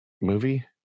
movie